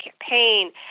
campaign